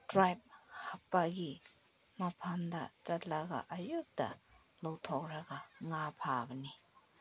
tribe ꯍꯥꯞꯄꯒꯤ ꯃꯐꯝꯗ ꯆꯠꯂꯒ ꯑꯌꯨꯛꯇ ꯂꯧꯊꯣꯛꯂꯒ ꯉꯥ ꯐꯥꯒꯅꯤ